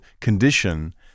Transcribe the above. condition